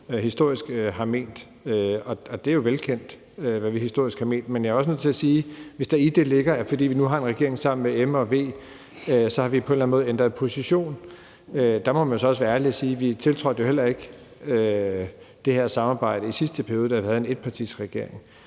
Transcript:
historisk har ment. Det er jo velkendt, hvad vi historisk har ment. Men hvis der i det ligger, at fordi vi nu har en regering sammen med M og V, har vi på en eller anden måde ændret position, så må man også være ærlig at sige, at vi tiltrådte jo heller ikke det her samarbejde i sidste periode, hvor vi havde en etpartiregering.